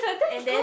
and then